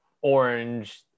Orange